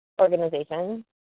organization